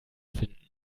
finden